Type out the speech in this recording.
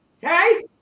hey